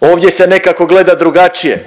ovdje se nekako gleda drugačije,